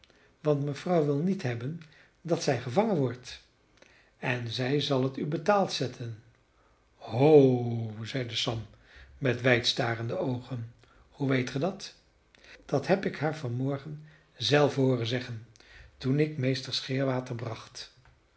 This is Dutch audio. want mevrouw wil niet hebben dat zij gevangen wordt en zij zal het u betaald zetten ho zeide sam met wijd starende oogen hoe weet ge dat dat heb ik haar van morgen zelve hooren zeggen toen ik meester scheerwater bracht